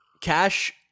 cash